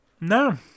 No